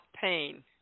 pain